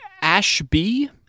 Ashby